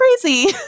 crazy